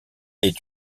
est